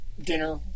dinner